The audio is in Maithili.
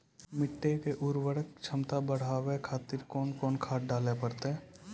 मिट्टी के उर्वरक छमता बढबय खातिर कोंन कोंन खाद डाले परतै?